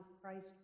Christ